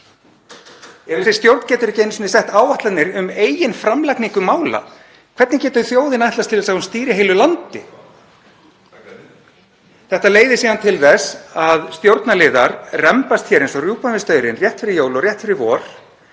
Ef þessi stjórn getur ekki einu sinni sett áætlanir um eigin framlagningu mála, hvernig getur þjóðin ætlast til þess að hún stýri heilu landi? Þetta leiðir síðan til þess að stjórnarliðar rembast eins og rjúpan við staurinn rétt fyrir jól og rétt fyrir vor